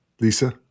Lisa